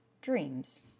dreams